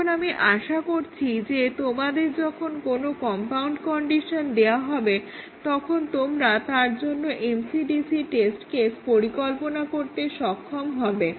এখন আমি আশা করছি যে তোমাদের যখন কোনো কম্পাউন্ড কন্ডিশন দেওয়া হবে তখন তোমরা তার জন্য MCDC টেস্ট কেস পরিকল্পনা করতে সক্ষম হবে